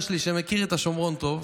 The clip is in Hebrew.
טוב,